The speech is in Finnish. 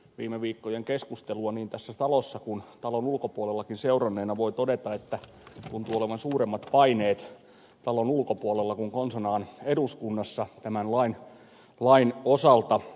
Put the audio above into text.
viime viikkojen keskustelua niin tässä talossa kuin talon ulkopuolellakin seuranneena voi todeta että tuntuu olevan suuremmat paineet talon ulkopuolella kuin konsanaan eduskunnassa tämän lain osalta